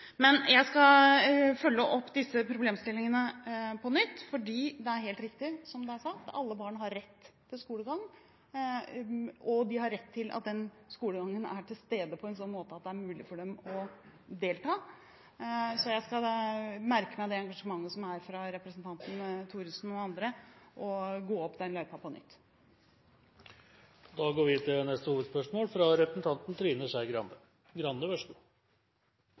Jeg skal følge opp disse problemstillingene på nytt, fordi det er helt riktig – som det er sagt – at alle barn har rett til skolegang, og de har rett til at den skolegangen er til stede på en slik måte at det er mulig for dem å delta. Jeg skal merke meg engasjementet fra representanten Thorsen og andre og gå opp den løypa på nytt. Da går vi til neste hovedspørsmål.